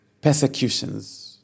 persecutions